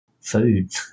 food